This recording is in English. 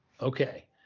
Okay